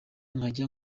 nkajya